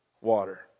water